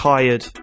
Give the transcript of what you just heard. Tired